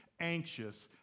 Anxious